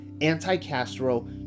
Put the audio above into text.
anti-Castro